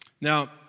Now